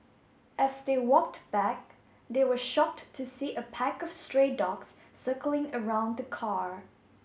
as they walked back they were shocked to see a pack of stray dogs circling around the car